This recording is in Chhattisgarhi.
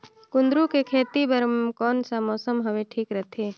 कुंदूरु के खेती बर कौन सा मौसम हवे ठीक रथे?